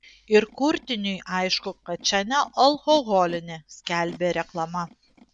ir kurtiniui aišku kad čia nealkoholinė skelbė reklama